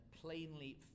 plainly